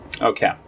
okay